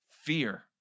fear